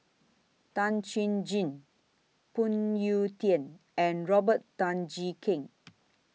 Tan Chuan Jin Phoon Yew Tien and Robert Tan Jee Keng